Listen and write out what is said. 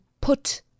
put